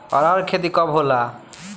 अरहर के खेती कब होला?